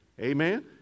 Amen